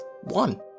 one